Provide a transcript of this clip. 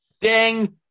Ding